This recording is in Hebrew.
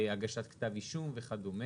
כמו הגשת כתב אישום וכדומה.